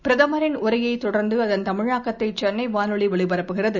பிரதமாின் உரையைத் தொடர்ந்து அதன் தமிழாக்கத்தை செள்னை வானொலி ஒலிபரப்புகிறது